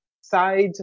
side